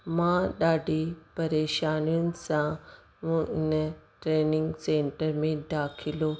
मां ॾाढी परेशानियुनि सां मूं इन ट्रेनिंग सैंटर में दाख़िलो